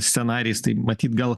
scenarijais tai matyt gal